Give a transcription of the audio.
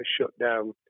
shutdown